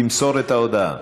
תמסור את ההודעה.